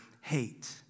hate